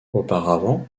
auparavant